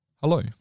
Hello